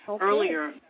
earlier